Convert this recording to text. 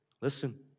Listen